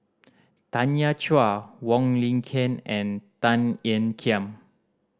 Tanya Chua Wong Lin Ken and Tan Ean Kiam